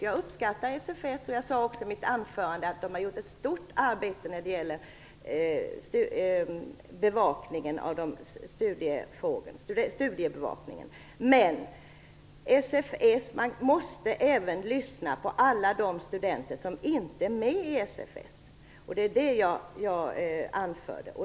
Jag uppskattar SFS, och jag sade också i mitt anförande att SFS har gjort ett stort arbete när det gäller studiebevakningen, men man måste även lyssna på alla de studenter som inte är med i SFS. Det var det som jag anförde.